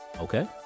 Okay